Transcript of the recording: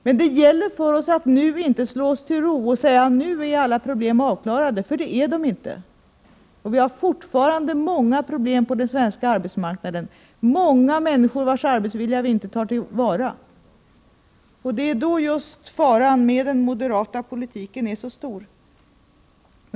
Men det gäller för oss att nu inte slå oss till ro och säga: Nu är alla problem avklarade — för det är de inte. Vi har fortfarande många problem på den svenska arbetsmarknaden. Det finns många människor vars arbetsvilja vi inte tar till vara. Det är just då som faran med den moderata politiken är så stor.